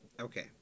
Okay